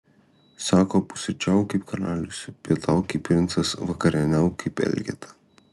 sako pusryčiauk kaip karalius pietauk kaip princas vakarieniauk kaip elgeta